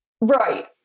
Right